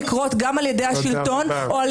אין